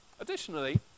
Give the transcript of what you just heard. Additionally